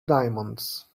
diamonds